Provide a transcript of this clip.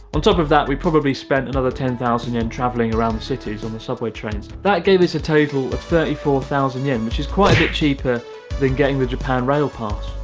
on top of that, we probably spent another ten thousand yen traveling around the cities on the subway trains. that gave us a total of thirty four thousand yen! which is quite a bit cheaper than getting the japan rail pass.